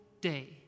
day